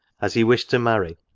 as he wished to marry,